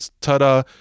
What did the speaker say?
ta-da